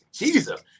Jesus